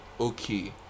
okay